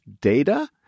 data